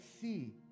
see